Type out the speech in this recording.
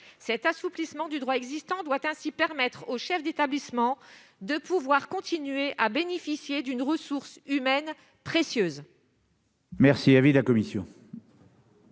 cet assouplissement du droit existant doit ainsi permettre au chef d'établissement, de pouvoir continuer à bénéficier d'une ressource humaine précieuse.